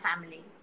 family